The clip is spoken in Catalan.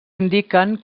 indiquen